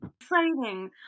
exciting